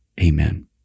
Amen